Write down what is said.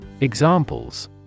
Examples